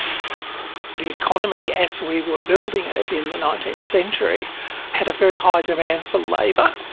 the economy as we were building it in the nineteenth century had a very high demand for labour.